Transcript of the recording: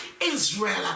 Israel